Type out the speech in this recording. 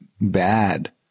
bad